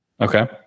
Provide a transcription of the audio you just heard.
Okay